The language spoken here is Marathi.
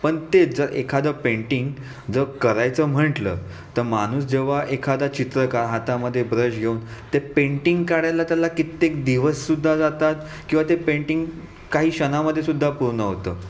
पण ते जर एखादं पेंटिंग जर करायचं म्हटलं तर माणूस जेव्हा एखादा चित्रकार हातामध्ये ब्रश घेऊन ते पेंटिंग काढायला त्याला कित्येक दिवससुद्धा जातात किंवा ते पेंटिंग काही क्षणामध्येसुद्धा पूर्ण होतं